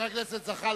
חבר הכנסת זחאלקה,